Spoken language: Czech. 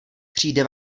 přijde